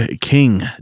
King